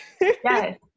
Yes